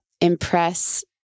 impress